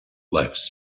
lifes